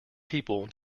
people